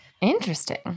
Interesting